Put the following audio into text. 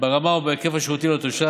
ברמה ובהיקף השירותים לתושב.